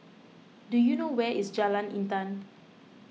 do you know where is Jalan Intan